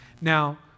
now